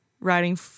writing